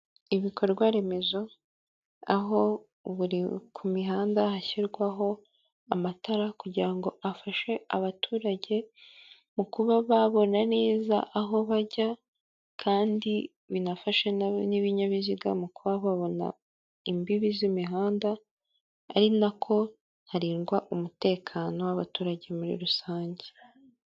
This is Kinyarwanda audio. Ibikorwa remezo aho buri ku mihanda hashyirwaho amatara, kugira ngo afashe abaturage mu kuba babona neza aho bajya kandi binafashe n'ibinyabiziga mu kuba babona imbibi z'imihanda, ari na ko harindwa umutekano w'abaturage muri rusange.